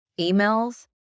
emails